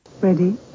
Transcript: Ready